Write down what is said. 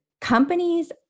Companies